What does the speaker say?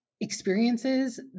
experiences